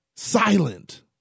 silent